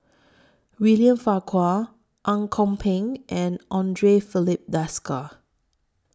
William Farquhar Ang Kok Peng and Andre Filipe Desker